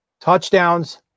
touchdowns